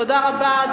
תודה רבה.